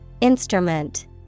Instrument